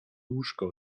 łóżko